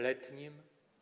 Letnim?